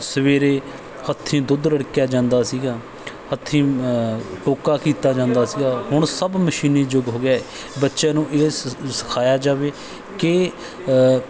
ਸਵੇਰੇ ਹੱਥੀਂ ਦੁੱਧ ਰਿੜਕਿਆ ਜਾਂਦਾ ਸੀਗਾ ਹੱਥੀਂ ਟੋਕਾ ਕੀਤਾ ਜਾਂਦਾ ਸੀਗਾ ਹੁਣ ਸਭ ਮਸ਼ੀਨੀ ਯੁੱਗ ਹੋ ਗਿਆ ਬੱਚਿਆਂ ਨੂੰ ਇਹ ਸ ਸਿਖਾਇਆ ਜਾਵੇ ਕਿ